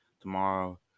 tomorrow